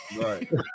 right